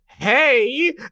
hey